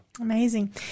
Amazing